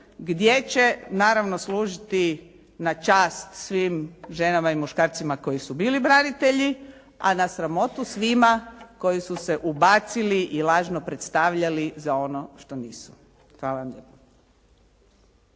gdje će naravno služiti na čast svim ženama i muškarcima koji su bili branitelji, a na sramotu svima koji su se ubacili i lažno predstavljali za ono što nisu. Hvala vam lijepo.